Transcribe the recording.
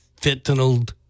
fentanyl